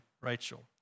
Rachel